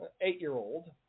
eight-year-old